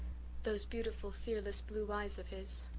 those beautiful, fearless blue eyes of his!